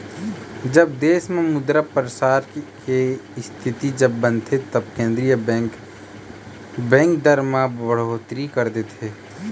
जब देश म मुद्रा परसार के इस्थिति जब बनथे तब केंद्रीय बेंक, बेंक दर म बड़होत्तरी कर देथे